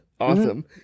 Awesome